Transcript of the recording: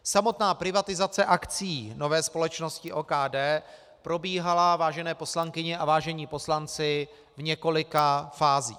Samotná privatizace akcií nové společnosti OKD probíhala, vážené poslankyně a vážení poslanci, v několika fázích.